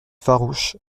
farouche